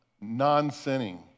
non-sinning